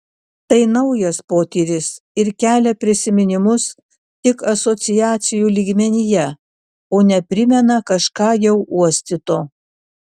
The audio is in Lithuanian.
tai naujas potyris ir kelia prisiminimus tik asociacijų lygmenyje o ne primena kažką jau uostyto